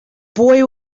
boy